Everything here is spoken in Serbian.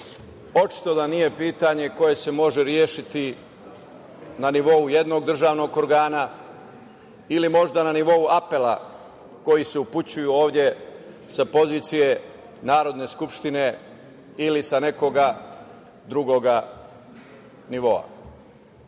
očito da nije pitanje koje se može rešiti na nivou jednog državnog organa ili možda na nivou apela koji se upućuju ovde, sa pozicije Narodne skupštine, ili sa nekog drugog